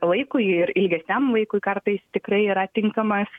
laikui ir ilgesniam laikui kartais tikrai yra tinkamas